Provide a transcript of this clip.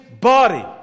body